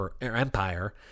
empire